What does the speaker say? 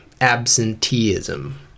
absenteeism